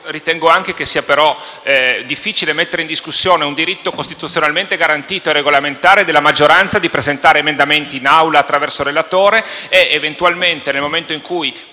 ritengo, però, che sia difficile mettere in discussione un diritto costituzionalmente garantito e regolamentare della maggioranza di presentare emendamenti in Assemblea attraverso il relatore e ugualmente, nel momento in cui